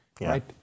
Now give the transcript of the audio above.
right